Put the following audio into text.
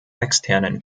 externen